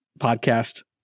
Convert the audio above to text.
podcast